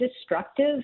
destructive